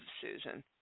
Susan